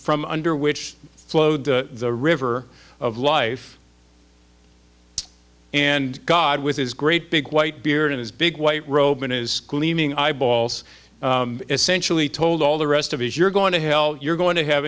from under which flowed the river of life and god with his great big white beard and his big white robe and his gleaming eyeballs essentially told all the rest of his you're going to hell you're going to heave